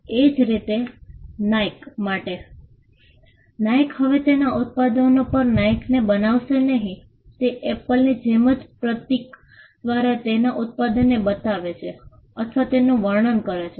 એ જ રીતે નાઇક માટે નાઇક હવે તેના ઉત્પાદનો પર નાઇકને બનાવશે નહીં તે એપલની જેમ જ પ્રતીક દ્વારા તેના ઉત્પાદનને બતાવે છે અથવા તેનું વર્ણન કરે છે